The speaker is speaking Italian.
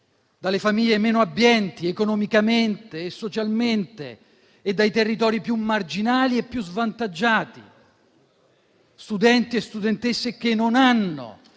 dalle famiglie meno abbienti, economicamente e socialmente, e dai territori più marginali e più svantaggiati; studenti e studentesse che non hanno